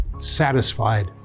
satisfied